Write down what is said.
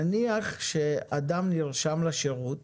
נניח שאדם נרשם לשירות